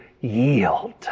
yield